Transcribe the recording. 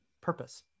purpose